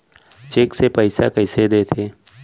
Cheque से पइसा कइसे देथे?